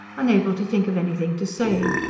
unable to think of anything to say.